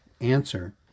Answer